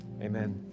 Amen